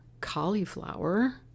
cauliflower